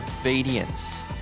obedience